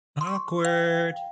Awkward